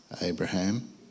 Abraham